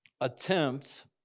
attempt